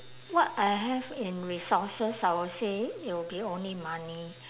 what I have in resources I would say it will be only money